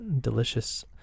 delicious